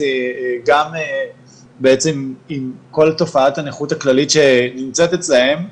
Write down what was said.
גם בעצם עם כל תופעת הנכות הכללית שנמצאת אצלם,